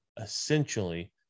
essentially